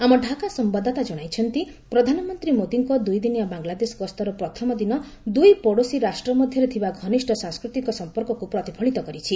ଆମ ଢାକା ସମ୍ଭାଦଦାତା ଜଣାଇଛନ୍ତି ପ୍ରଧାନମନ୍ତ୍ରୀ ମୋଦୀଙ୍କ ଦୁଇଦିନିଆ ବାଂଲାଦେଶ ଗସ୍ତର ପ୍ରଥମ ଦିନ ଦୁଇ ପଡୋଶୀ ରାଷ୍ଟ୍ର ମଧ୍ୟରେ ଥିବା ଘନିଷ୍ଠ ସାଂସ୍କୃତିକ ସମ୍ପର୍କକୁ ପ୍ରତିଫଳିତ କରିଛି